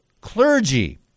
clergy